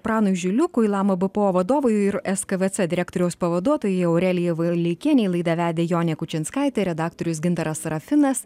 pranui žiliukui lama bpo vadovui ir skvc direktoriaus pavaduotojai aurelijai valeikienei laidą vedė jonė kučinskaitė redaktorius gintaras sarafinas